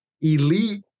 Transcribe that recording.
Elite